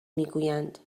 میگویند